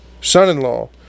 son-in-law